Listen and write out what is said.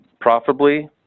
Profitably